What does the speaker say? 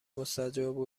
مستجاب